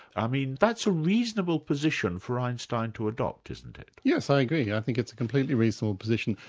i mean that's a reasonable position for einstein to adopt, isn't it? yes, i agree. i think it's a completely reasonable position.